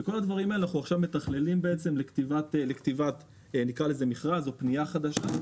ואת כל הדברים האלה אנחנו עכשיו מתכללים לכתיבת מכרז או פנייה חדשה.